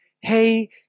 hey